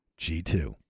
g2